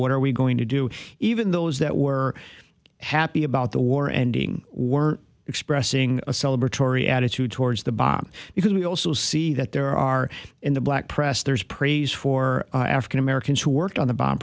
what are we going to do even those that were happy about the war ending were expressing a celebrate tory attitude towards the bomb because we also see that there are in the black press there's praise for african americans who worked on the bo